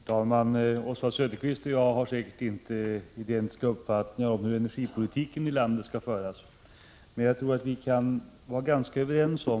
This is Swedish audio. Herr talman! Oswald Söderqvist och jag har säkert inte identiska uppfattningar om hur energipolitiken i landet skall föras, men jag tror att vi kan vara ganska överens om ——-—